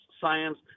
science